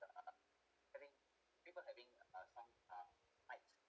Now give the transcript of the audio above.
the having people having uh some uh might